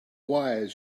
wires